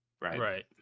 right